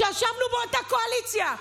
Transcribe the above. כשישבנו באותה קואליציה.